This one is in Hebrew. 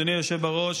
אדוני היושב בראש,